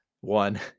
one